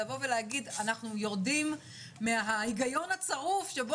לבוא ולהגיד אנחנו יורדים מההיגיון הצרוף שבו